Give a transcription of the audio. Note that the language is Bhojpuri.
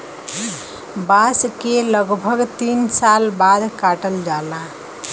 बांस के लगभग तीन साल बाद काटल जाला